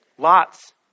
Lots